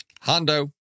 Hondo